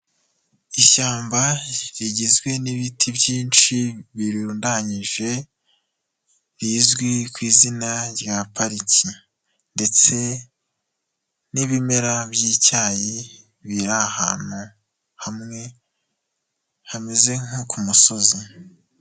Ishyamba rigizwe n'ibiti byinshi birundanyije, rizwi ku izina rya pariki ndetse n'ibimera by'icyayi biri ahantu hamwe, hameze nko ku musozi.